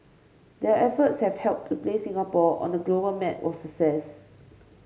their efforts have helped to place Singapore on the global map of